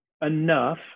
enough